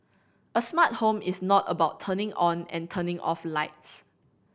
a smart home is not about turning on and turning off lights